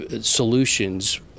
solutions